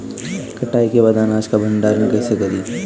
कटाई के बाद अनाज का भंडारण कईसे करीं?